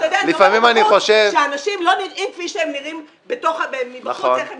אתה יודע --- שאנשים לא נראים כפי שהם נראים מבחוץ איך נראים,